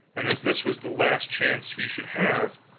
and as this was the last chance he should have,